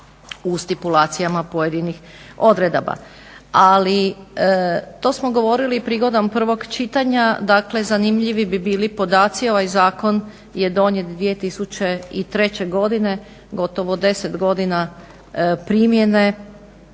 u stipulacijama pojedinih odredaba, ali to smo govorili prigodom prvog čitanja. Dakle zanimljivi bi bili podaci ovaj zakon je donijet 2003. godine, gotovo 10 godina primjene,